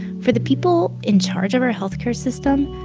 for the people in charge of our health care system,